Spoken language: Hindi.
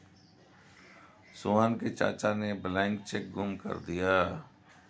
सोहन के चाचा ने ब्लैंक चेक गुम कर दिया